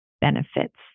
benefits